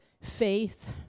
faith